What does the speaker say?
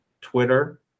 Twitter